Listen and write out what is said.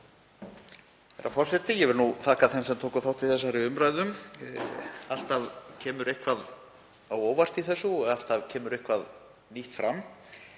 Herra forseti. Ég þakka þeim sem tóku þátt í þessari umræðu. Alltaf kemur eitthvað á óvart í þessu og alltaf kemur eitthvað nýtt fram.